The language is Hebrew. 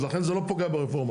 לכן זה לא פוגע ברפורמה.